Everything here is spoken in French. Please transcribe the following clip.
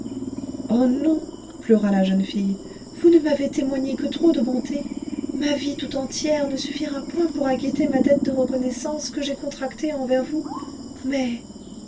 oh non pleura la jeune fille vous ne m'avez témoigné que trop de bontés ma vie tout entière ne suffira point pour acquitter ma dette de reconnaissance que j'ai contractée envers vous mais